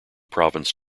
province